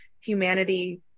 humanity